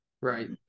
Right